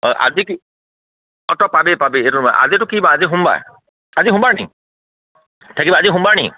অঁ আজি কি অঁ তই পাবি পাবি এইটো নম্বৰ আজিতো কি বাৰ আজি সোমবাৰ আজি সোমবাৰ নি থাকিবা আজি সোমবাৰ নি